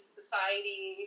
society